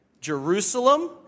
Jerusalem